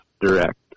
direct